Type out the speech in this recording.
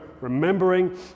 remembering